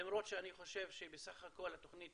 למרות שאני חושב שבסך הכול התוכנית